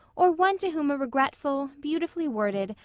or one to whom a regretful, beautifully worded,